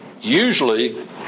Usually